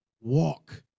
walk